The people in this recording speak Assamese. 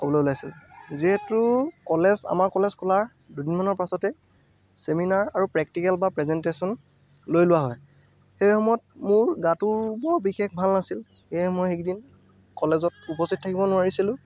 ক'বলৈ ওলাইছোঁ যিহেতু কলেজ আমাৰ কলেজ খোলা দুদিনমানৰ পাছতে চেমিনাৰ আৰু প্ৰেক্টিকেল বা প্ৰেজেনটেছন লৈ লোৱা হয় সেই সময়ত মোৰ গাটো বৰ বিশেষ ভাল নাছিল সেয়ে মই সেইকেইদিন কলেজত উপস্থিত থাকিব নোৱাৰিছিলোঁ